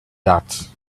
that